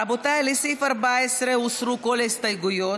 רבותיי, לסעיף 14 הוסרו כל ההסתייגויות.